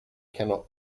cannot